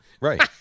Right